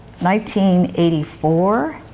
1984